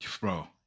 Bro